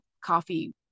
coffee